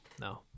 no